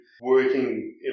working